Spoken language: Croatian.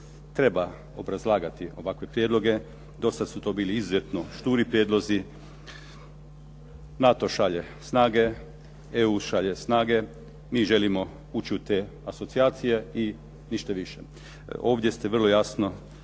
treba obrazlagati ovakve prijedloge, do sada su to bili izuzetno šturi prijedlozi, NATO šalje snage, EU šalje snage, mi želimo ući u te asocijacije i ništa više. Ovdje ste vrlo jasno